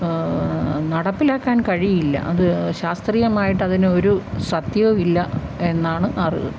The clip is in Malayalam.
നടപ്പിലാക്കാൻ കഴിയില്ല അത് ശാസ്ത്രീയമായിട്ട് അതിന് ഒരു സത്യവും ഇല്ല എന്നാണ് അറിവ്